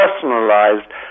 personalized